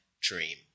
dream